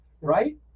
right